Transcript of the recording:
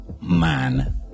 man